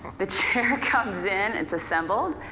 the chair comes in, it's assembled,